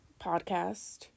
podcast